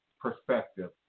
perspective